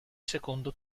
secondo